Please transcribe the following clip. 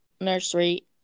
nursery